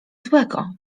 złego